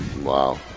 Wow